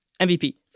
MVP